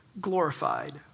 glorified